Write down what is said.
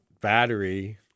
battery